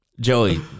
Joey